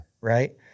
Right